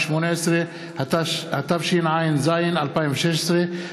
התשע"ז 2016,